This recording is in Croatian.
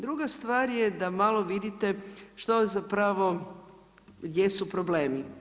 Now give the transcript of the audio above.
Druga stvar je da malo vidite što zapravo jesu problemi.